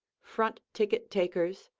front ticket takers,